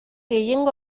gehiengo